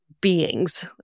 beings